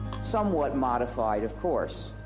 somewhat modified of course.